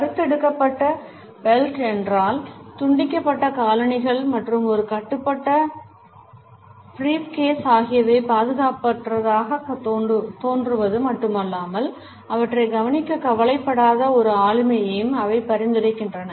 வறுத்தெடுக்கப்பட்ட belt என்றால் துண்டிக்கப்பட்ட காலணிகள் மற்றும் ஒரு கட்டுப்பட்ட பிரீஃப்கேஸ் ஆகியவை பாதுகாப்பற்றதாகத் தோன்றுவது மட்டுமல்லாமல் அவற்றைக் கவனிக்க கவலைப்படாத ஒரு ஆளுமையையும் அவை பரிந்துரைக்கின்றன